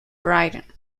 brighton